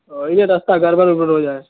او یہ راستہ گڑ بڑ وڑبڑ ہو جائے